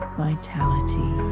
vitality